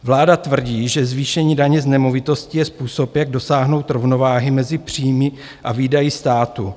Vláda tvrdí, že zvýšení daně z nemovitostí je způsob, jak dosáhnout rovnováhy mezi příjmy a výdaji státu.